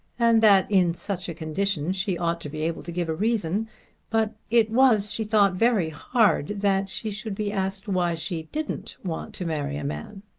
and that in such a condition she ought to be able to give a reason but it was she thought very hard that she should be asked why she didn't want to marry a man.